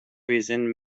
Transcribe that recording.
reason